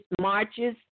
marches